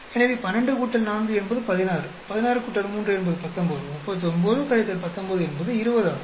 எனவே 12 4 என்பது 16 16 3 என்பது 19 39 19 என்பது 20 ஆகும்